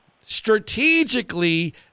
strategically